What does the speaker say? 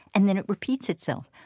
and then it repeats itself.